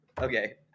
Okay